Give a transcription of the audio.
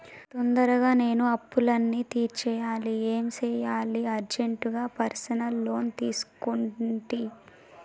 తొందరగా నేను అప్పులన్నీ తీర్చేయాలి ఏం సెయ్యాలి అర్జెంటుగా పర్సనల్ లోన్ తీసుకుంటి